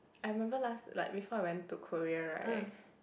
I remember last like before I went to Korea right